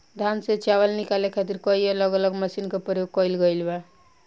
धान से चावल निकाले खातिर कई अलग अलग मशीन के प्रयोग कईल गईल बा